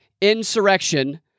insurrection